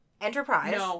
Enterprise